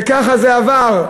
וכך זה עבר,